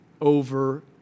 over